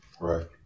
Right